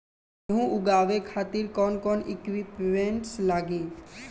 गेहूं उगावे खातिर कौन कौन इक्विप्मेंट्स लागी?